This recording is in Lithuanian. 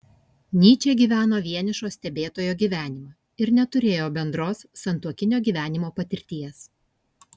nyčė gyveno vienišo stebėtojo gyvenimą ir neturėjo bendros santuokinio gyvenimo patirties